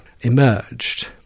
emerged